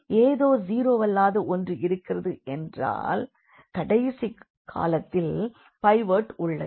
ஏதோ ஜீரோவல்லாத ஒன்று இருக்கிறது என்றால் கடைசி காலத்தில் பைவோட் உள்ளது